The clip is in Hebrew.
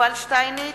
יובל שטייניץ,